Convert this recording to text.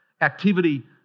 Activity